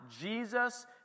Jesus